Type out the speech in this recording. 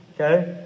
Okay